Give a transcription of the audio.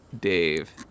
Dave